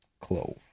clove